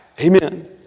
Amen